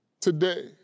today